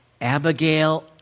Abigail